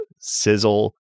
sizzle